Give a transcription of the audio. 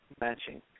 matching